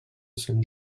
sant